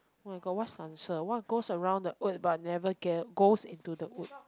oh my god what's the answer what goes around the wood but never get goes into the wood